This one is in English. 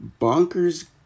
bonkers